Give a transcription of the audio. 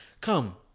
come